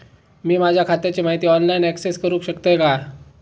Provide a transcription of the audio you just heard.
मी माझ्या खात्याची माहिती ऑनलाईन अक्सेस करूक शकतय काय?